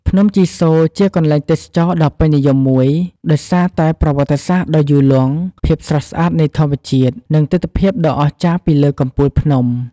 ភ្នំជីសូរជាកន្លែងទេសចរណ៍ដ៏ពេញនិយមមួយ ដោយសារតែប្រវត្តិសាស្ត្រដ៏យូរលង់ ភាពស្រស់ស្អាតនៃធម្មជាតិ និងទិដ្ឋភាពដ៏អស្ចារ្យពីលើកំពូលភ្នំ។